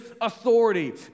authority